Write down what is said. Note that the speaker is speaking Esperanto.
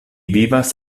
vivas